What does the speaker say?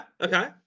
okay